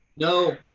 no,